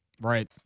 Right